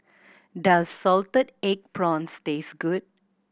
does salted egg prawns taste good